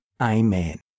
Amen